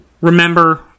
remember